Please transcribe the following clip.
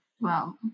Wow